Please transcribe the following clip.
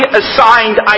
assigned